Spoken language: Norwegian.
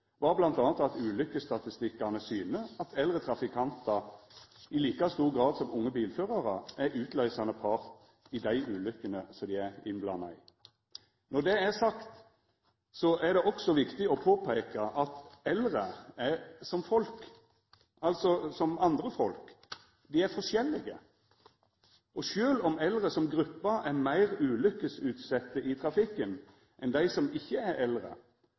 var m.a. at ulukkesstatistikkane syner at eldre trafikantar i like stor grad som unge bilførarar er utløysande part i dei ulukkene dei er innblanda i. Når det er sagt, er det også viktig å påpeika at eldre er som andre folk, dei er forskjellige. Og sjølv om eldre som gruppe er meir ulukkesutsette i trafikken enn dei som ikkje er eldre,